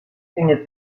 une